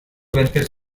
benefits